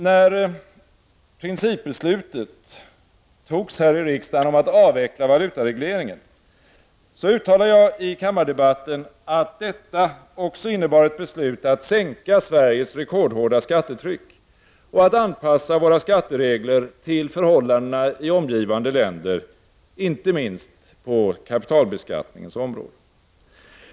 När principbeslutet togs här i riksdagen om att avveckla valutaregleringen, uttalade jag i kammardebatten att detta också innebar ett beslut att sänka Sveriges rekordhårda skattetryck och att anpassa våra skatteregler till förhållandena i omgivande länder, inte minst på kapitalbeskattningens område.